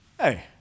hey